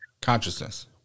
Consciousness